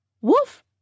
Woof